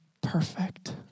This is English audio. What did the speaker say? perfect